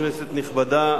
כנסת נכבדה,